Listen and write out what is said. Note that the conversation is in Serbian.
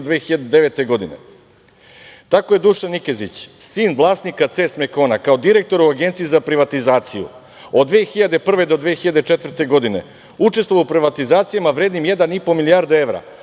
2009. godine. Tako je Dušan Nikezić, sin vlasnika CES Mekon, kao direktor u Agenciji za privatizaciju od 2001. do 2004. godine učestvovao u privatizacijama vrednim 1,5 milijardu evra,